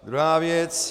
Druhá věc.